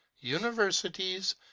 universities